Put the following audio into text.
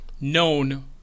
known